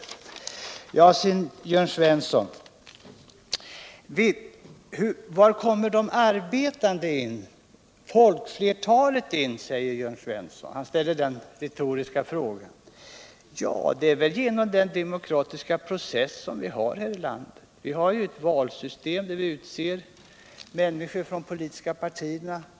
Sedan till Jörn Svensson. Var kommer de arbetande, folkflertalet, in säger Jörn Svensson. Han ställer den retoriska frågan. Det är väl genom den demokratiska process vi har här i landet. Vi har ju ett valssystem där vi utser människor från de politiska partierna.